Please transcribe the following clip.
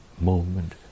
moment